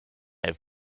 have